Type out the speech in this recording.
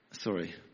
sorry